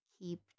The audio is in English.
keep